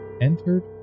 entered